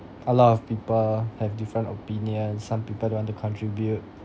a lot of people have different opinion some people don't want to contribute